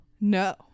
No